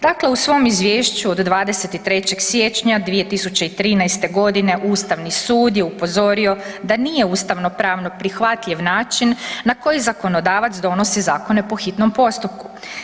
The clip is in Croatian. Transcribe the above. Dakle, u svom izvješću od 23. siječnja 2013. godine Ustavni sud je upozorio da nije ustavno pravno prihvatljiv način na koji zakonodavac donosi zakone po hitnom postupku.